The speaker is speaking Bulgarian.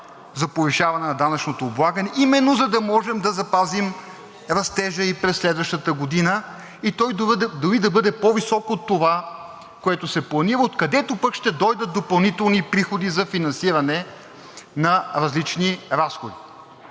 за повишаване на данъчното облагане именно за да можем да запазим растежа и през следващата година и той дори да бъде по-висок от това, което се планира, откъдето пък ще дойдат допълнителни приходи за финансиране на различни разходи.